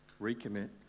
recommit